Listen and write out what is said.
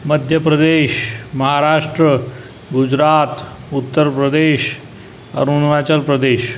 Madhya Pradesh Maharashtra Gujarat Uttar Pradesh Arunachal Pradesh